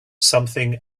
something